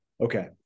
Okay